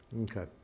Okay